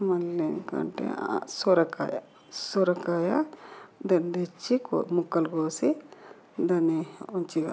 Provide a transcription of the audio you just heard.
మళ్ళీ ఇంకా అంటే సొరకాయ సొరకాయ దండిచ్చి ముక్కలు కోసి దాన్ని మంచిగా